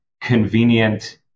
convenient